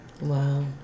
Wow